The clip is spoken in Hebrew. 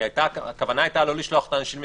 כי הכוונה היתה לא לשלוח את האנשים-